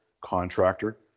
contractor